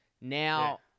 Now